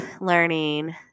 learning